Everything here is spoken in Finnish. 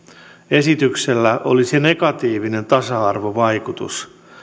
esityksellä olisi negatiivinen tasa arvovaikutus